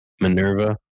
Minerva